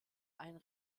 einen